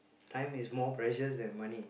time is more precious than money